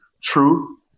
truth